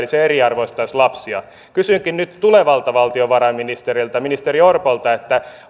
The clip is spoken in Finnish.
eli se eriarvoistaisi lapsia kysynkin nyt tulevalta valtiovarainministeriltä ministeri orpolta